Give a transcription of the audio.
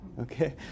Okay